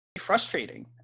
Frustrating